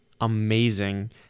amazing